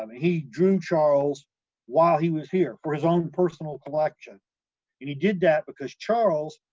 um he drew charles while he was here for his own personal collection and he did that because charles,